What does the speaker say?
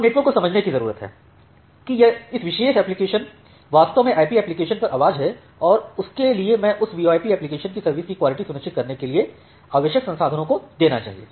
अब नेटवर्क को समझने की जरूरत है कि इस विशेष एप्लिकेशन वास्तव में आईपी एप्लीकेशन पर आवाज है और उसके लिए मैं उस VoIP एप्लीकेशन की सर्विस की क्वालिटी सुनिश्चित करने के लिए आवश्यक संसाधनों को देना चाहिए